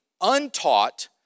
untaught